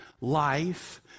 life